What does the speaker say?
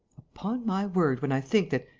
upon my word, when i think that,